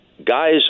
guys